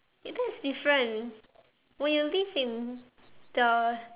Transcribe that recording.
that is different when you live in the